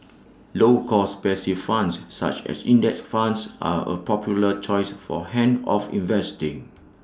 low cost passive funds such as index funds are A popular choice for hands off investing